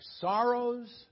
sorrows